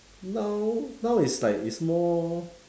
now now is like it's more